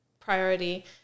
priority